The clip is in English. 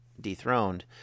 dethroned